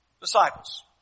disciples